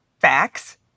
facts